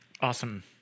Awesome